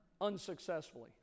Unsuccessfully